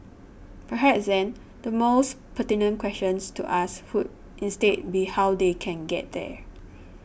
perhaps then the mores pertinent question to ask who instead be how they can get there